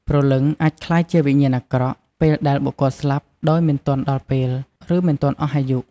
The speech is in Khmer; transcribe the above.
ព្រលឹងអាចក្លាយជាវិញ្ញាណអាក្រក់ ពេលដែលបុគ្គលស្លាប់ដោយមិនទាន់ដល់ពេល ឬមិនទាន់អស់អាយុ។